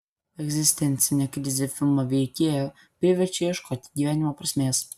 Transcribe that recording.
egzistencinė krizė filmo veikėją priverčia ieškoti gyvenimo prasmės